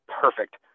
perfect